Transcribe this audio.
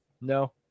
No